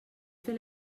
fer